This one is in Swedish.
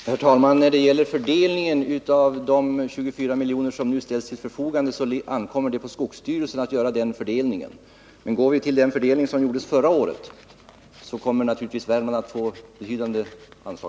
Herr talman! Fördelningen av de 24 milj.kr. som nu ställs till förfogande ankommer på skogsvårdsstyrelsen. Jämfört med den fördelning som gjordes förra året kommer Värmland naturligtvis att få betydande anslag.